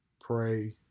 pray